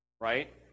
right